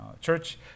Church